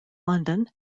london